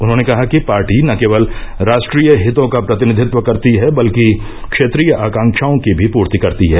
उन्होंने कहा कि पार्टी न केवल राष्ट्रीय हितों का प्रतिनिधित्व करती है बल्कि क्षेत्रीय आकक्षाओं की भी पूर्ति करती है